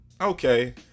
okay